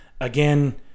Again